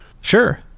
Sure